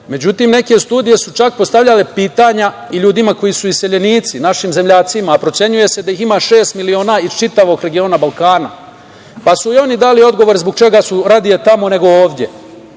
Međutim, neke studije su čak postavljale pitanja i ljudima koji su iseljenici, našim zemljacima, a procenjuje se da ih ima šest miliona iz čitavog regiona Balkana, pa su i oni dali odgovor zbog čega su radije tamo nego ovde.